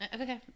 Okay